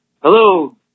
Hello